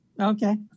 Okay